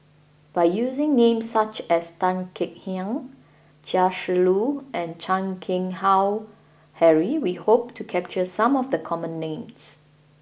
by using names such as Tan Kek Hiang Chia Shi Lu and Chan Keng Howe Harry we hope to capture some of the common names